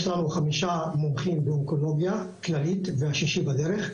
יש לנו חמישה מומחים באונקולוגיה והשישי בדרך,